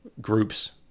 groups